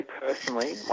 personally